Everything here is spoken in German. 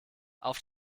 auf